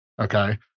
Okay